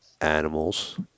animals